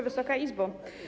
Wysoka Izbo!